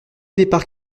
départ